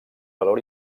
valor